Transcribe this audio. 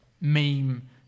meme